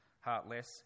heartless